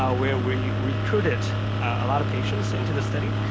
ah where we recruited a lot of patients into the study,